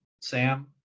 Sam